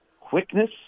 quickness